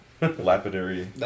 lapidary